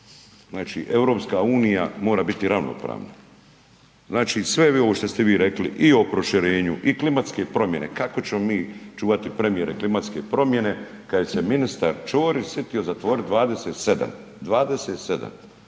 Znači EU mora biti ravnopravna. Znači sve vi ovo što ste rekli i o proširenju i klimatske promjene, kako ćemo mi čuvati premijeru klimatske promjene kada se ministar Ćorić sjetio zatvoriti 27,